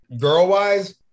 girl-wise